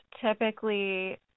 Typically